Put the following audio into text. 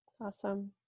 Awesome